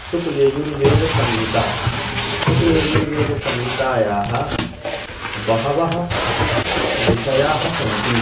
शुक्ल्ययजुर्वेदसंहिता शुक्लेजुर्वेदसंहितायाः बहवः विषयाः सन्ति